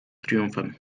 triumfem